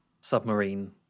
submarine